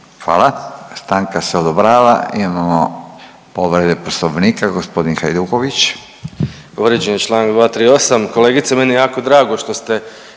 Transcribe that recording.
Hvala. Stanka se odobrava. Imamo povrede poslovnika, g. Hajduković.